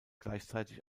gleichzeitig